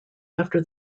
after